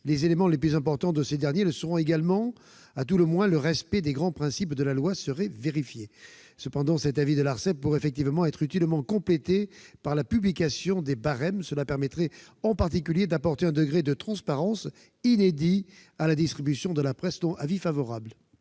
les éléments les plus importants de ces derniers le seront également. À tout le moins, le respect des grands principes de la loi serait vérifié. Cet avis de l'Arcep pourrait toutefois être utilement complété par la publication des barèmes qui permettrait en particulier d'apporter un degré de transparence inédit à la distribution de la presse. En conséquence,